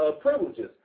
privileges